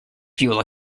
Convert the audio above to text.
fuel